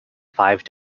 five